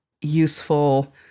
useful